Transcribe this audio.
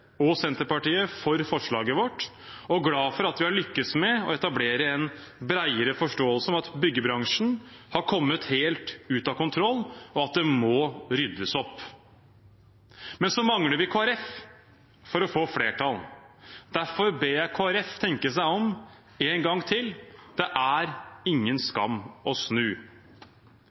og Senterpartiet for forslaget vårt, og glade for at vi har lyktes med å etablere en bredere forståelse av at byggebransjen har kommet helt ut av kontroll, og at det må ryddes opp. Men så mangler vi Kristelig Folkeparti for å få flertall. Derfor ber jeg Kristelig Folkeparti tenke seg om en gang til. Det er ingen skam å snu.